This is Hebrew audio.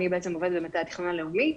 אני בעצם עובדת במטה התכנון הלאומי,